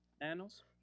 Annals